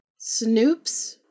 Snoops